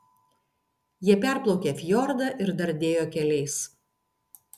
jie perplaukė fjordą ir dardėjo keliais